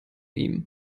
ihm